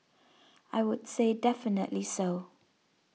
I would say definitely so